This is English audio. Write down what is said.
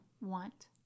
want